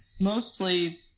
mostly